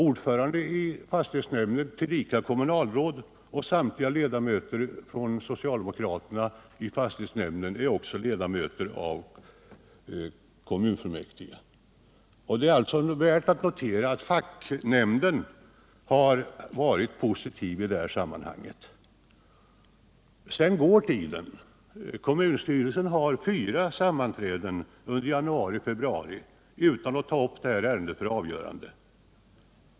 Ordförande i fastighetsnämnden är tillika kommunalråd, och samtliga sledamöter är även kommunfullmäktigeledamöter. Facknämnden är positiv, vilket bör noteras i sammanhanget. Sedan går tiden. Kommunstyrelsen har fyra sammanträden under januari och februari 1978 utan att ta upp ärendet till avgörande.